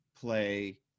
play